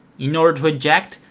in order to eject,